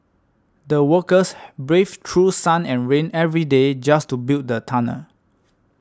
the workers braved through sun and rain every day just to build the tunnel